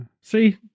See